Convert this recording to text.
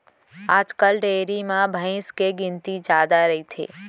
आजकाल डेयरी म भईंस के गिनती जादा रइथे